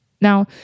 Now